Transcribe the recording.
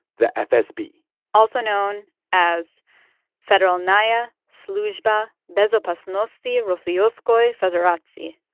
the fsb also known as federal'naya sluzhba bezopasnosti rossiyskoi federatsii.